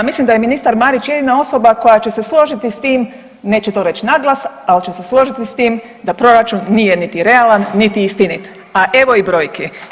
Mislim da je ministar Marić jedina osoba koja će se složiti s tim, neće to reći na glas, ali će se složiti s tim da proračun nije niti realan, niti istinit a evo i brojki.